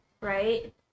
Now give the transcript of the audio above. right